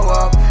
up